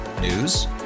News